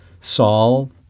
Saul